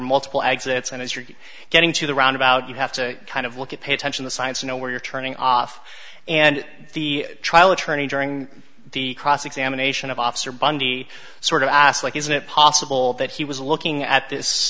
multiple exits and as you're getting to the roundabout you have to kind of look at pay attention to science you know where you're turning off and the trial attorney during the cross examination of officer bundy sort of asked like is it possible that he was looking at this